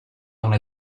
una